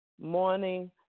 morning